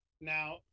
now